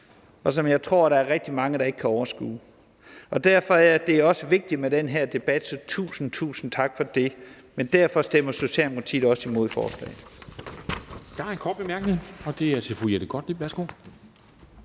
og som jeg også tror der er rigtig mange andre der ikke kan overskue. Derfor er det også vigtigt med den her debat, så tusind, tusind tak for det. Men derfor stemmer Socialdemokratiet også imod forslaget.